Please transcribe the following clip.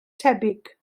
tebyg